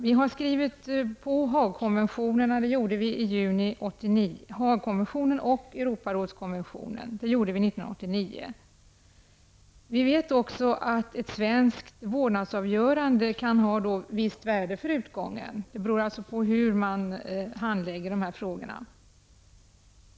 Vi har skrivit på Haagkonventionen och Europarådskonventionen -- det gjorde vi 1989. Vi vet också att ett svenskt vårdnadsavgörande kan ha ett visst värde för utgången. Det beror alltså på hur man handlägger dessa frågor.